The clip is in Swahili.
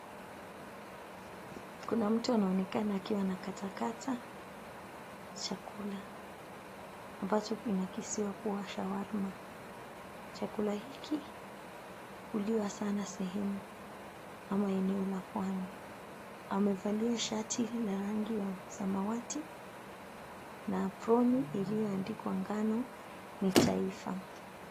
Kuna mtu akiwa anakatakata chakula, ambacho kinakisiwa kuwa shawarma. Chakula hiki huliwa sana sehemu ama eneo la Pwani. Amevalia shati la rangi ya samawati, na aproni iliyoandikwa, ''Ngano ni taifa''.